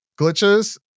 glitches